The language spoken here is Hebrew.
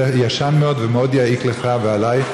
זה ישן מאוד ומאוד יעיק עליך ועליי,